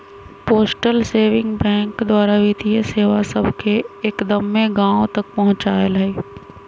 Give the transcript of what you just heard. postal saving bank द्वारा वित्तीय सेवा सभके एक्दम्मे गाँव तक पहुंचायल हइ